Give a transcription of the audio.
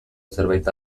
zerbait